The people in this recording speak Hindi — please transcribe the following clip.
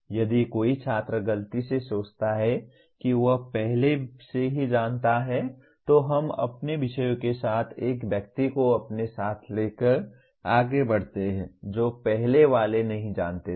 यदि कोई छात्र गलती से सोचता है कि वह पहले से ही जानता है तो हम अपने विषय के साथ एक व्यक्ति को अपने साथ लेकर आगे बढ़ते हैं जो पहले वाले नहीं जानते थे